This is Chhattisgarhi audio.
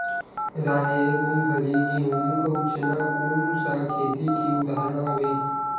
राहेर, मूंगफली, गेहूं, अउ चना कोन सा खेती के उदाहरण आवे?